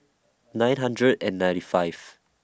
nine hundred and ninety five